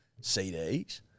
CDs